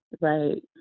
Right